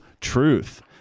truth